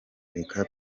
reka